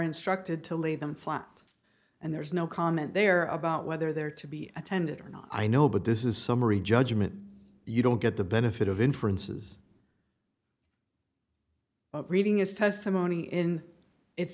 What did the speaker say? instructed to lay them flat and there's no comment there about whether they're to be attended or not i know but this is summary judgment you don't get the benefit of inferences reading is testimony in its